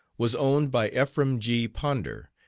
was owned by ephraim g. ponder,